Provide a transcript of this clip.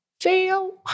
Fail